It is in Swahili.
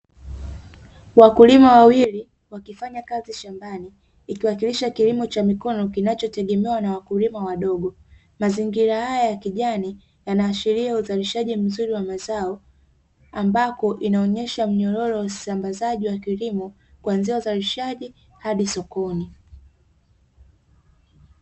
Wakulima wawili wakifanya kazi shambani, ikiwakirisha kilimo cha mikono kinachotegemewa na wakulima wadogo, mazingira haya ya kijani yanaashiria uzalishaji mzuri wa mazao ambapo inaonyesha mnyororo wa usambazaji wa kilimo kuanzia uzalishaji hadi sokoni.